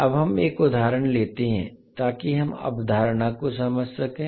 अब हम एक उदाहरण लेते हैं ताकि हम अवधारणा को समझ सकें